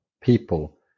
people